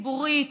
ציבורית,